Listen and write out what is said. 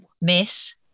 Miss